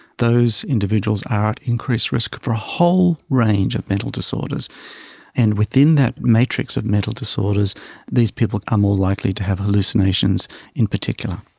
those individuals are at increased risk for a whole range of mental disorders and within that matrix of mental disorders these people are more likely to have hallucinations in particular.